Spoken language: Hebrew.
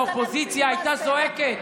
האופוזיציה הייתה זועקת.